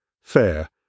fair